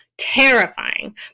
Terrifying